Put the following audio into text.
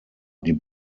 die